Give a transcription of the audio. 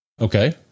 Okay